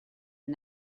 and